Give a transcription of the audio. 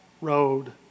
road